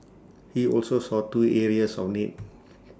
he also saw two areas of need